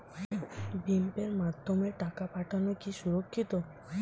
ভিম পের মাধ্যমে টাকা পাঠানো কি সুরক্ষিত?